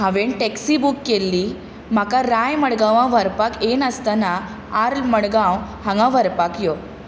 हांवेन taxi book केल्ली म्हाका राय मडगांवां व्हरपाक येय नासताना आर मडगांव हांगा व्हरपाक यो